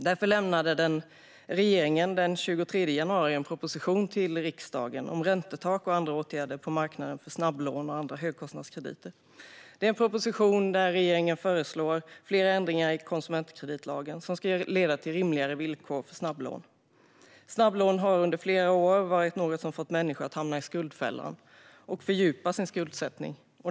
Därför lämnade regeringen den 23 januari en proposition till riksdagen om räntetak och andra åtgärder på marknaden för snabblån och andra högkostnadskrediter. Detta är en proposition där regeringen föreslår flera ändringar i konsumentkreditlagen som ska leda till rimligare villkor för snabblån. Snabblån har under flera år varit något som fått människor att hamna i skuldfällan och fördjupa sin skuldsättning.